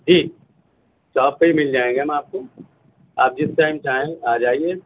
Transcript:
جی shop پہ ہی مل جائیں گے ہم آپ کو آپ جس ٹائم چاہیں آ جائیے